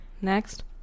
next